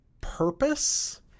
purpose